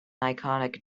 iconic